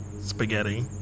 spaghetti